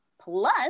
plus